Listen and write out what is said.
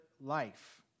life